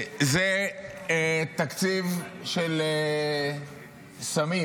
זה תקציב של סמים.